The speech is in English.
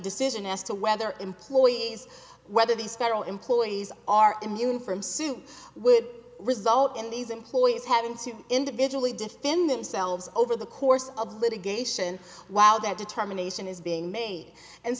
decision as to whether employees whether these federal employees are immune from suit would result in these employees having to individually defend themselves over the course of litigation wow that determination is being made and